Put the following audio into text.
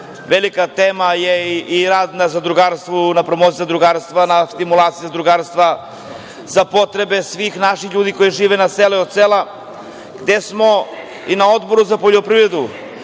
velika tema je i rad na zadrugarstvu na promociji drugarstva, na stimulaciji zadrugarstva za potrebe svih naših ljudi koji žive na selu i od sela, gde smo i na Odboru za poljoprivredu,